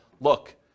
look